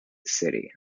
city